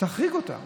תחריגו אותן.